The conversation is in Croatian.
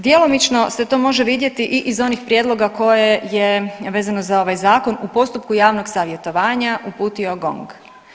Djelomično se to može vidjeti i iz onih prijedloga koje je vezano za ovaj zakon u postupku javnog savjetovanja uputio Gong.